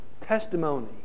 testimony